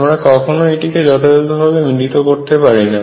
আমরা কখনোই এটিকে যথাযথ ভাবে মিলিত করতে পারি না